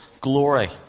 glory